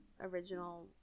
original